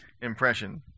impression